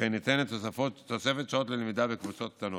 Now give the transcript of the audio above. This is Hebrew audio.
וכן ניתנת תוספת שעות ללמידה בקבוצות קטנות.